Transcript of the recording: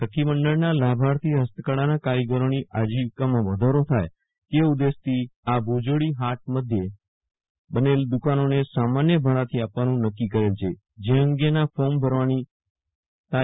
સખીમંડળના લાભાર્થીફસ્તકળાના કારીગરોની આજીવિકામાં વધારો થાય તે ઉદેશથી આ ભૂ જોડી હાટ મધ્યે બનેલ દુકાનોને સામાન્ય ભાડાથી આપવાનું નકકી કરેલ છે જે અંગેના ફોર્મ ભરવાની તા